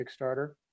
Kickstarter